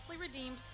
Redeemed